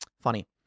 Funny